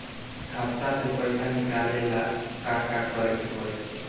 खाता से पैसा निकाले ला का का करे के पड़ी?